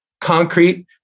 concrete